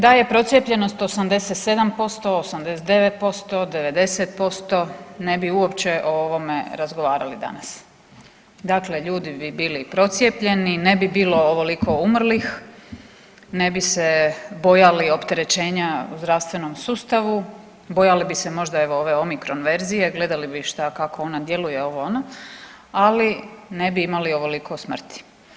Da je procijepljenost 87%, 89%, 90% ne bi uopće o ovome razgovarali danas, dakle ljudi bi bili procijepljeni, ne bi bilo ovoliko umrlih, ne bi se bojali opterećenja u zdravstvenom sustavu, bojali bi se možda evo ove omikron verzije, gledali bi šta, kako ona djeluje, ovo, ono, ali ne bi imali ovoliko smrti.